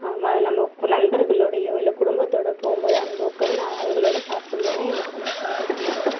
நம்ம நண்பர்களோடையோ இல்லை குடும்பத்தோட போகும்போது அங்கே உக்காந்து நான் அவங்களோட சாப்பிடும்போதுலான் எனக்கு ரொம்ப சந்தோஷமாக இருக்கும்